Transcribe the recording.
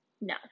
No